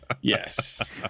Yes